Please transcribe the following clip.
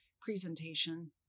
presentation